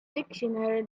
dictionary